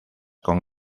con